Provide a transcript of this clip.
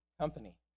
company